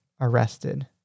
arrested